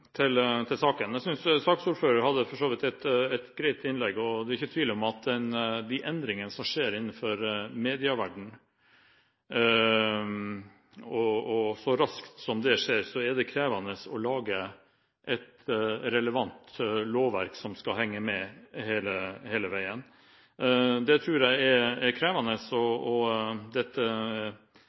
saken. Jeg synes saksordføreren for så vidt hadde et greit innlegg. Det er ikke tvil om at med de endringene som så raskt skjer innenfor medieverdenen, er det krevende å lage et relevant lovverk som skal henge med hele veien. AMT-direktivet er også et minimumsdirektiv, som også saksordføreren nevnte. Men så er det slik at vi er ofte litt mer framtidsrettet enn regjeringen og